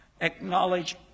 acknowledge